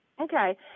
Okay